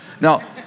Now